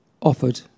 offered